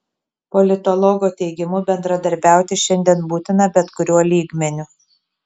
politologo teigimu bendradarbiauti šiandien būtina bet kuriuo lygmeniu